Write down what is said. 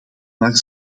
maar